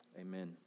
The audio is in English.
amen